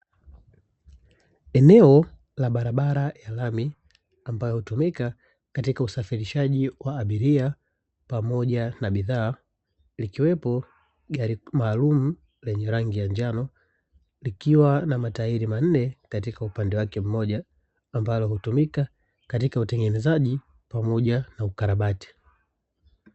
Eneo la barabara ya lami, ambayo hutumika katika usafirishaji abiria pamoja na bidhaa, likiwepo gari maalumu lenye rangi ya njano, likiwa na matairi manne katika upande wake mmoja, ambalo hutumika katika utengenezaji pamoja na ukarabati.